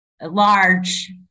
large